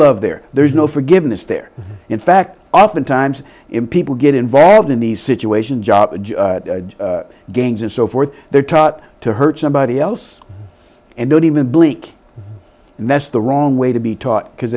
love there there's no forgiveness there in fact often times in people get involved in these situations gangs and so forth they're taught to hurt somebody else and don't even blink and that's the wrong way to be taught because